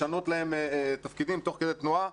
לשנות להם תפקידים תוך כדי תנועה.